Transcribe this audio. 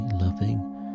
loving